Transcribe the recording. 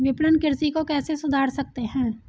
विपणन कृषि को कैसे सुधार सकते हैं?